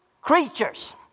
creatures